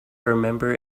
remember